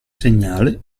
segnale